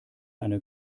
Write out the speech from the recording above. eine